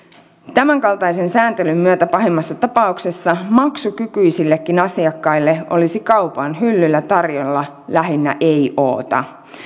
tämänkaltaisen sääntelyn myötä pahimmassa tapauksessa maksukykyisillekin asiakkaille olisi kaupan hyllyllä tarjolla lähinnä eioota